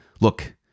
Look